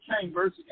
chambers